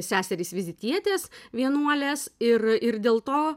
seserys vizitietės vienuolės ir ir dėl to